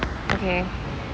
okay